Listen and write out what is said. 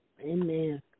amen